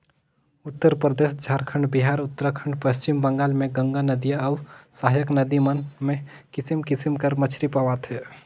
उत्तरपरदेस, झारखंड, बिहार, उत्तराखंड, पच्छिम बंगाल में गंगा नदिया अउ सहाएक नदी मन में किसिम किसिम कर मछरी पवाथे